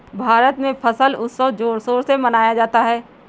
भारत में फसल उत्सव जोर शोर से मनाया जाता है